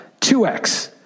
2x